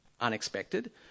Unexpected